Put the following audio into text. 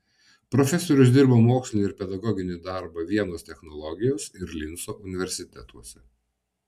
profesorius dirbo mokslinį ir pedagoginį darbą vienos technologijos ir linco universitetuose